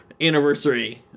anniversary